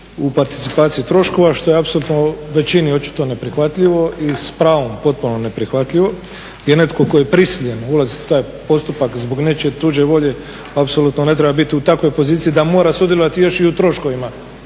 u participaciji troškova što je apsolutno većini očito neprihvatljivo i s pravom potpuno neprihvatljivo je netko tko je prisiljen ulaziti u taj postupak zbog nečije tuđe volje apsolutno ne treba biti u takvoj poziciji da mora sudjelovati još i u troškovima